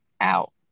out